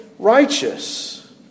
Righteous